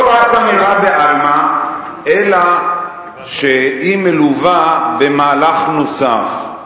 אמירה בעלמא, אלא שהיא מלווה במהלך נוסף,